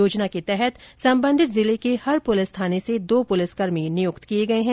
योजना तहत संबंधित जिले के हर पुलिस थाने से दो पुलिसकर्मी नियुक्त किये गए है